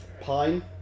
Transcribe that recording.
Pine